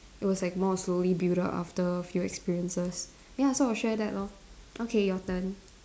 it was like more slowly build up after few experiences ya so I will share that lor okay your turn